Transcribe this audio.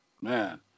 man